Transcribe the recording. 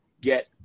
get